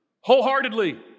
wholeheartedly